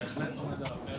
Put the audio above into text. בהחלט עומד על הפרק.